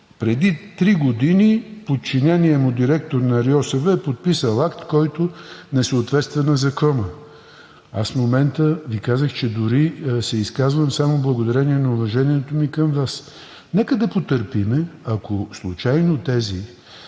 преди три години подчиненият му директор на РИОСВ е подписал акт, който не съответства на закона? Аз в момента Ви казах, че дори се изказвам само благодарение на уважението ми към Вас. Нека да потърпим. Всички